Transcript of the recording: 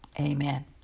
Amen